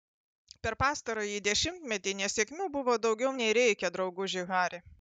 per pastarąjį dešimtmetį nesėkmių buvo daugiau nei reikia drauguži hari